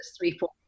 three-four